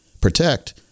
protect